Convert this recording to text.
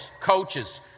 coaches